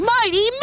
Mighty